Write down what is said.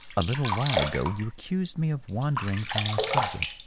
a little while ago you accused me of wandering from our subject,